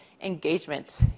engagement